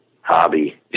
hobby